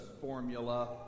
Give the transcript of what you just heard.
formula